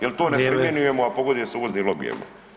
Jel to ne primjenjujemo, a pogoduje se uvoznim lobijima.